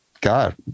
God